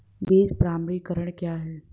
बीज प्रमाणीकरण क्या है?